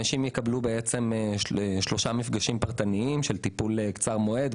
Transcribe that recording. אנשים יקבלו בעצם שלושה מפגשים פרטניים של טיפול קצר מועד.